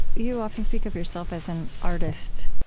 you often speak of yourself as an artist,